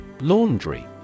Laundry